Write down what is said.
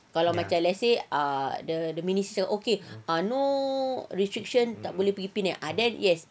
kalau macam let's say ah the the minister ah okay no restriction tak boleh pergi penang ah then yes